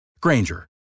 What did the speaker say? Granger